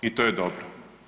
I to je dobro.